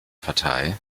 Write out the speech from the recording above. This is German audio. partei